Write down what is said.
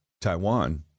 Taiwan